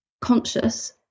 conscious